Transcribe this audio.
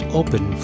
open